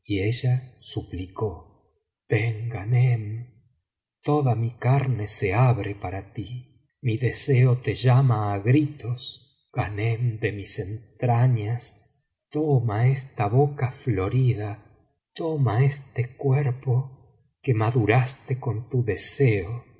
y ella suplicó ven ghanem toda mi carne se abre para ti mi deseo te llama á gritos ghanem de mis entrañas toma esta boca florida toma este cuerpo que maduraste con tu deseo